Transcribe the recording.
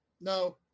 No